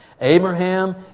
Abraham